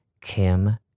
Kim